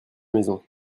maison